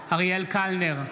קלנר,